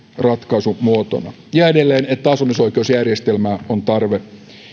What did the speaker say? ratkaisumuotona ja edelleen että asumisoikeusjärjestelmää on tarve